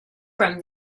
from